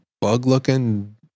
bug-looking